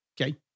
okay